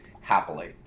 happily